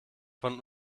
von